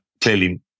clearly